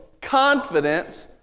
confidence